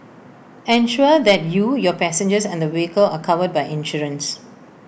ensure that you your passengers and the vehicle are covered by insurance